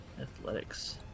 athletics